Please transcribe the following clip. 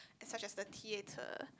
such as the theater